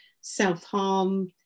self-harm